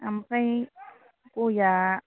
ओमफ्राय गयआ